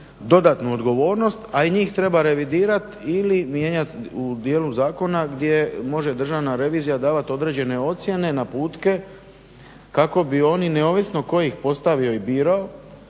dodatnu odgovornost a i njih treba revidirat ili mijenjat u djelu zakona gdje može državna revizija davati određene ocjene, naputke kako bi oni neovisno tko ih postavio i birao